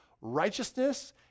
righteousness